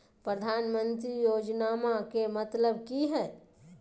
प्रधानमंत्री योजनामा के मतलब कि हय?